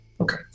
Okay